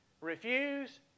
refuse